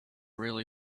really